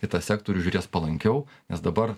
į tą sektorių žiūrės palankiau nes dabar